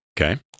Okay